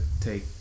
take